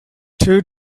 two